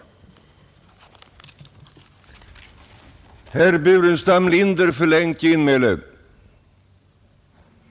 30 mars 1971